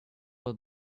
will